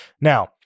Now